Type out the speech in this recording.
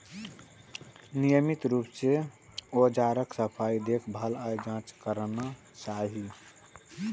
नियमित रूप सं औजारक सफाई, देखभाल आ जांच करना चाही